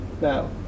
Now